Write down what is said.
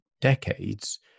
decades